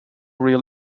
real